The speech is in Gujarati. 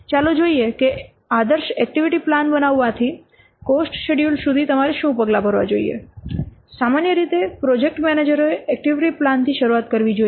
ચાલો જોઈએ આદર્શ એક્ટિવિટી પ્લાન બનાવવાથી કોસ્ટ શેડ્યૂલ સુધી તમારે શું પગલાં ભરવા જોઈએ સામાન્ય રીતે પ્રોજેક્ટ મેનેજરો એ એક્ટિવિટી પ્લાન થી શરૂઆત કરવી જોઈએ